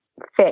fix